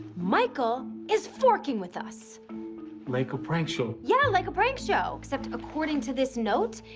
michael is forking with us like a prank show. yeah, like a prank show. except according to this note,